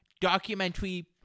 documentary